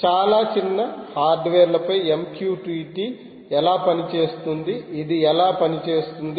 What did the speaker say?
చాలా చిన్న హార్డ్వేర్లపై MQTT ఎలా పనిచేస్తుంది ఇది ఎలా పని చేస్తుంది